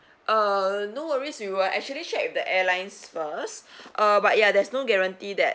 uh no worries we will actually check with the airlines first uh but ya there's no guarantee that